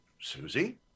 Susie